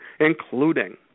including